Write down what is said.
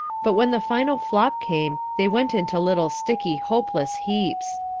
but when the final flop came, they went into little sticky hopeless heaps.